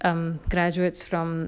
um graduates from